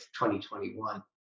2021